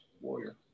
Warrior